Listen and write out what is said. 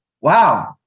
Wow